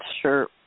Sure